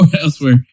elsewhere